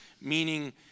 meaning